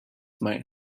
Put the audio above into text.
might